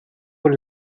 con